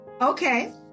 Okay